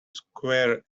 square